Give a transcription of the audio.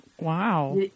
wow